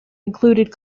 included